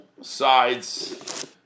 sides